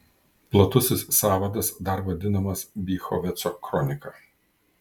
platusis sąvadas dar vadinamas bychoveco kronika